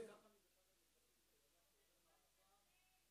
אני באמת אוהב שאנשים עקביים,